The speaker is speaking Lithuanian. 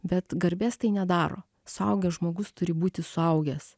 bet garbės tai nedaro suaugęs žmogus turi būti suaugęs